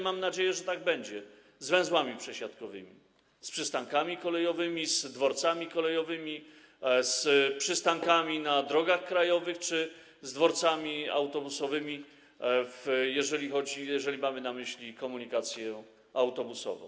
Mam nadzieję, że tak będzie: z węzłami przesiadkowymi, z przystankami kolejowymi, z dworcami kolejowymi, z przystankami na drogach krajowych czy z dworcami autobusowymi, jeżeli mamy na myśli komunikację autobusową.